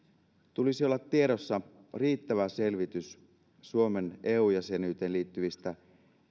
tulisi olla tiedossa riittävä selvitys suomen eu jäsenyyteen liittyvistä